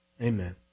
amen